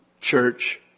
church